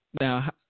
Now